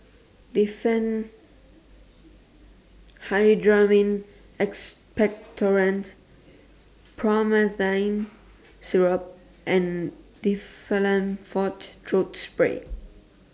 Diphenhydramine Expectorant Promethazine Syrup and Difflam Forte Throat Spray